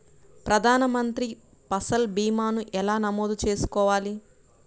ప్రధాన మంత్రి పసల్ భీమాను ఎలా నమోదు చేసుకోవాలి?